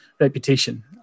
reputation